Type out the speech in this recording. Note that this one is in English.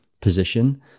position